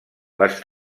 les